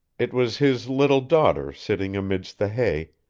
it was his little daughter sitting amidst the hay,